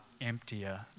emptier